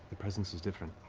the presence is different.